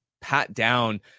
pat-down